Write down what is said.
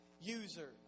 user